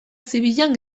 zibilean